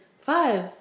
Five